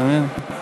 אתה מבין?